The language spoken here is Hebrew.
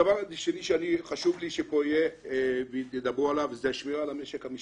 הדבר השני שחשוב לי שידברו עליו הוא שמירה על המשק המשפחתי.